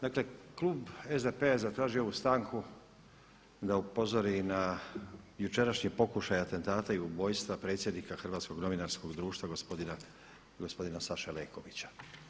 Dakle, klub SDP-a je zatražio ovu stanku da upozori na jučerašnji pokušaj atentata i ubojstva predsjednika Hrvatskog novinarskog društva gospodina Saše Lekovića.